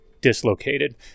dislocated